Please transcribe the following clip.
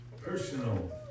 personal